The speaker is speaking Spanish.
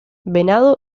venado